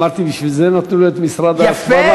אמרתי, בשביל זה נתנו לו את משרד ההסברה.